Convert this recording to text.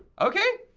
okay.